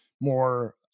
more